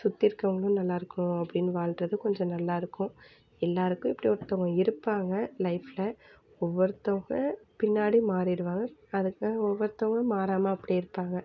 சுற்றி இருக்கிறவங்களும் நல்லாயிருக்கணும் அப்படின்னு வாழ்கிறது கொஞ்சம் நல்லாயிருக்கும் எல்லோருக்கும் இப்படி ஒருத்தங்க இருப்பாங்க லைஃபில் ஒவ்வொருத்தங்க பின்னாடி மாறிவிடுவாங்க அதுக்காக ஒவ்வொருத்தங்களும் மாறாமல் அப்படியே இருப்பாங்க